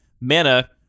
mana